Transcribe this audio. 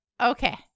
Okay